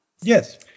Yes